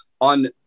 on